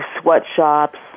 sweatshops